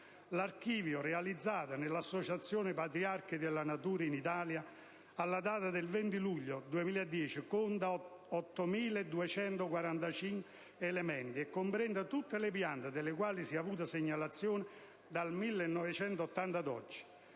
L'archivio realizzato dall'associazione «Patriarchi della natura in Italia», alla data del 20 luglio 2010 conta 8.245 elementi e comprende tutte le piante delle quali si è avuta segnalazione dal 1980 ad oggi.